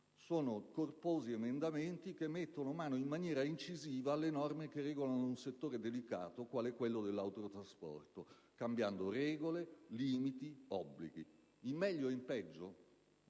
sono corposi emendamenti, che mettono mano in maniera incisiva alle norme che regolano un settore delicato quale quello dell'autotrasporto, cambiando regole, limiti ed obblighi. In meglio o in peggio